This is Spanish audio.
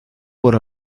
por